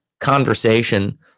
conversation